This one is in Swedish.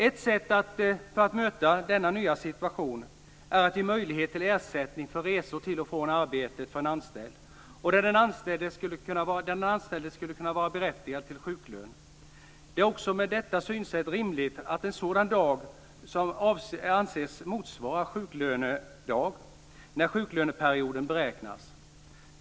Ett sätt att möta denna nya situation är att ge möjlighet till ersättning för resor till och från arbetet för en anställd som skulle vara berättigad till sjuklön. Med detta synsätt är det också rimligt att en sådan dag anses motsvara en sjuklönedag när sjuklöneperioden beräknas.